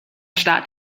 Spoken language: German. staat